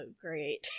great